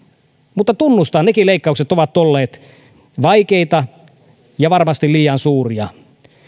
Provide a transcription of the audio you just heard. mutta tunnustan nekin leikkaukset ovat olleet vaikeita ja varmasti liian suuria